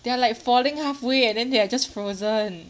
they are like falling halfway and then they are just frozen